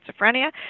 schizophrenia